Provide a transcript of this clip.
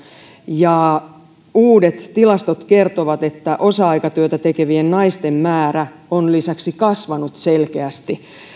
ja uudet tilastot kertovat että osa aikatyötä tekevien naisten määrä on lisäksi kasvanut selkeästi